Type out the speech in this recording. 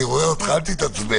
אני רואה אותך, אל תתעצבן.